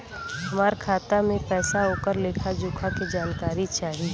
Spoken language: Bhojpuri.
हमार खाता में पैसा ओकर लेखा जोखा के जानकारी चाही?